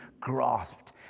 grasped